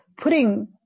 putting